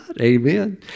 Amen